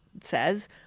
says